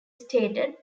stated